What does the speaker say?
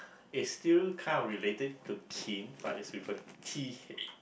is still kind of related to kin but is with a T H